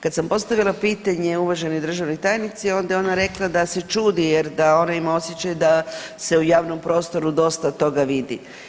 Kad sam postavila pitanje uvaženoj državnoj tajnici, onda je ona rekla da se čudi jer da ona ima osjećaj da se u javnom prostoru dosta toga vidi.